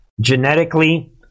Genetically